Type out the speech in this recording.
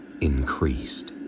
increased